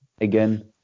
again